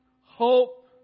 Hope